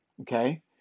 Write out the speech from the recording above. okay